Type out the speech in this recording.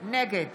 נגד